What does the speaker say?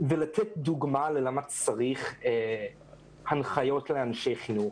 לתת דוגמה למה צריך הנחיות לאנשי חינוך.